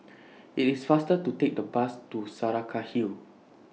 IT IS faster to Take The Bus to Saraca Hill